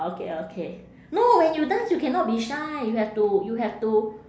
okay okay no when you dance you cannot be shy you have to you have to